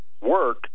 work